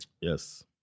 Yes